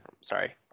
sorry